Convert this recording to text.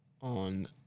on